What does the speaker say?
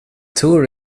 tour